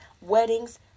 weddings